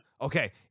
Okay